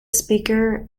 speaker